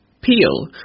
Peel